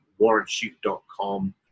warrantshoot.com